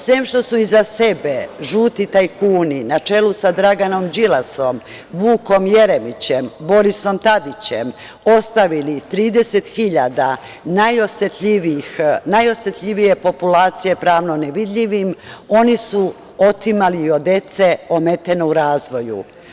Sem što su iza sebe žuti tajkuni, na čelu sa Draganom Đilasom, Vukom Jeremićem, Borisom Tadićem, ostavili 30.000 najosetljivije populacije pravno nevidljivim, oni su otimali i od dece ometene u razvoju.